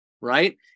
Right